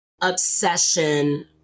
obsession